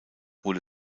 wurde